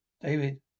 David